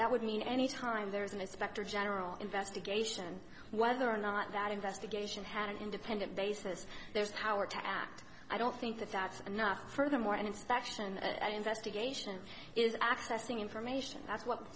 that would mean any time there's an inspector general investigation whether or not that investigation had an independent basis there's power to act i don't think that that's enough furthermore an inspection and investigation is accessing information that's what